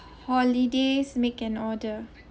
holidays make an order